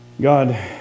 God